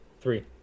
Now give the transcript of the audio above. three